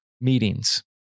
meetings